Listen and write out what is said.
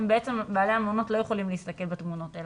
בעלי המעונות לא יכולים להסתכל בתמונות.